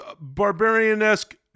barbarian-esque